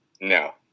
no